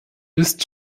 ist